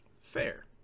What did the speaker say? Fair